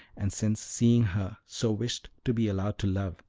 and, since seeing her, so wished to be allowed to love,